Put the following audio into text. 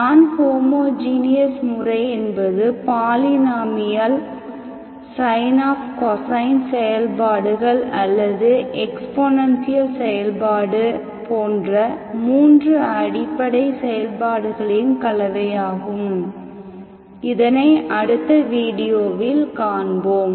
நான் ஹோமோஜீனியஸ் முறை என்பது பாலினாமியால் சைன் ஆப் கோசைன் செயல்பாடுகள் அல்லது எக்ஸ்போனென்சியல் செயல்பாடு போன்ற மூன்று அடிப்படை செயல்பாடுகளின் கலவையாகும் இதனை அடுத்த வீடியோவில் காண்போம்